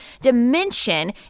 dimension